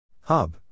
Hub